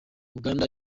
uganda